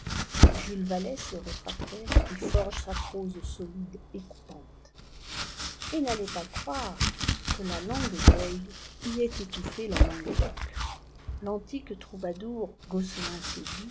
jules vallès le réfractaire y forge sa prose solide et coupante et n'allez pas croire que la langue d'oïl y ait étouffé la langue d'oc l'antique troubadour gaucelin